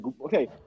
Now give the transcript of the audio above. okay